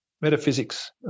metaphysics